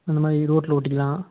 அந்தமாதிரி ரோட்டில் ஓட்டிக்கலாம்